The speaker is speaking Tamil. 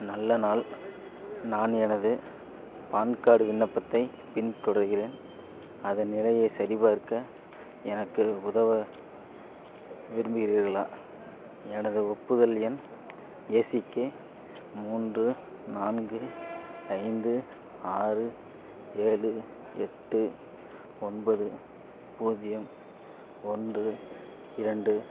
நல்ல நாள் நான் எனது பான் கார்டு விண்ணப்பத்தைப் பின்தொடர்கிறேன் அதன் நிலையை சரிபார்க்க எனக்கு உதவ விரும்புகிறீர்களா எனது ஒப்புதல் எண் ஏசிகே மூன்று நான்கு ஐந்து ஆறு ஏழு எட்டு ஒன்பது பூஜ்ஜியம் ஒன்று இரண்டு